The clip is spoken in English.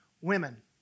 women